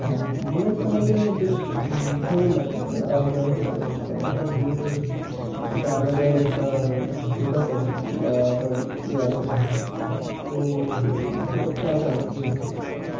হ্যাঁ বুলেট চালাতে বেশ ভালোই লাগে আরামদায়ক লাগে কারণ একটা বুলেটের একটা আলাদায় একটা স্টেটাস আছে বা তার ইয়ে আছে তো বুলেট চালাতে আরাম আর কি লাগে